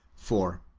four.